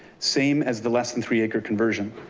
same as the less than three acre conversion.